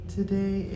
Today